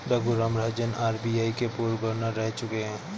Raghuram Rajan RBI के पूर्व governor रह चुके हैं